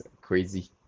crazy